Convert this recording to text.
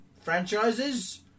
franchises